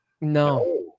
No